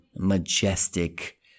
majestic